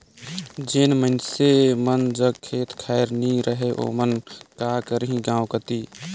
जेन मइनसे मन जग खेत खाएर नी रहें ओमन का करहीं गाँव कती